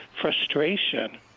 frustration